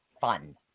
fun